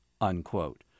unquote